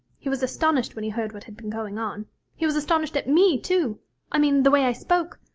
he was astonished when he heard what had been going on he was astonished at me, too i mean, the way i spoke.